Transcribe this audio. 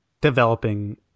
developing